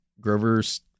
grover's